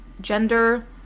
gender